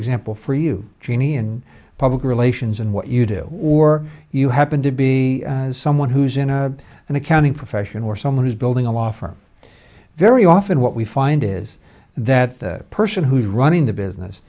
example for you genie and public relations and what you do or you happen to be someone who's in a an accounting profession or someone who's building a law firm very often what we find is that the person who's running the business